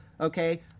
okay